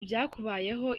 byakubayeho